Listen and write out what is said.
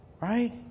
right